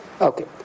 Okay